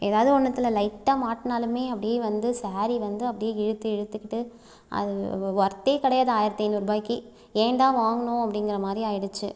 எதாவது ஒன்றுத்துல லைட்டாக மாட்டினாலுமே அப்படியே வந்து சாரீ வந்து அப்படியே இழுத்து இழுத்துக்கிட்டு அது ஒர்த்தே கிடையாது ஆயிரத்து ஐநூறுரூபாய்க்கு ஏன்டா வாங்கினோம் அப்படிங்குற மாதிரி ஆயிடுச்சு